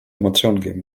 informationen